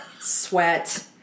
sweat